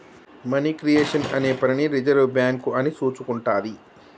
money creation అనే పనిని reserve bank అని చూసుకుంటాది